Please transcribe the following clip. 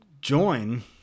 join